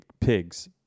pigs